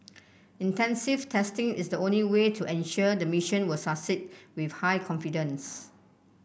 extensive testing is the only way to ensure the mission will succeed with high confidence